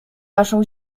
naszą